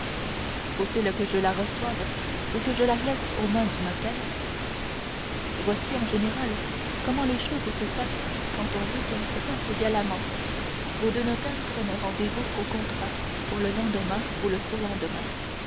faut-il que je la reçoive ou que je la laisse aux mains du notaire voici en général comment les choses se passent quand on veut qu'elles se passent galamment vos deux notaires prennent rendez-vous au contrat pour le lendemain ou le surlendemain